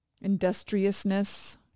industriousness